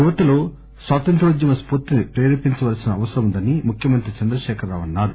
యువతలో స్వాతంత్ర్యోద్యమ స్పూర్తిని ప్రేరేపించవలసిన అవసరముందని ముఖ్యమంత్రి చంద్రశేఖర్ రావు అన్నారు